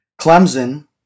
Clemson